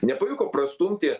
nepavyko prastumti